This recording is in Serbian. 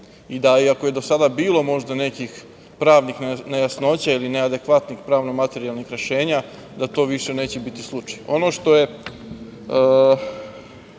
i da i ako je do sada bilo možda nekih pravnih nejasnoća ili ne adekvatnih pravno-materijalnih rešenja, da to više neće biti slučaj. Ono